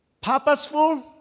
purposeful